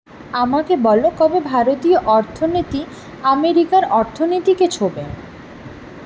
আমাকে বলো কবে ভারতীয় অর্থনীতি আমেরিকার অর্থনীতিকে ছোঁবে